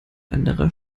anderer